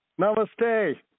Namaste